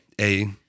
A-